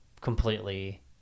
completely